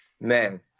man